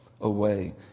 away